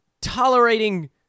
tolerating